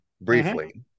briefly